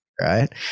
right